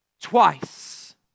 twice